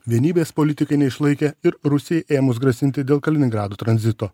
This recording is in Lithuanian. vienybės politikai neišlaikė ir rusijai ėmus grasinti dėl kaliningrado tranzito